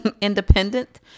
independent